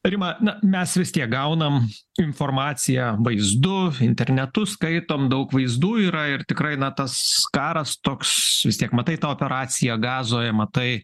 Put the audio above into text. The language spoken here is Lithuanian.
rima na mes vis tiek gaunam informaciją vaizdu internetu skaitom daug vaizdų yra ir tikrai na tas karas toks vis tiek matai tą operaciją gazoje matai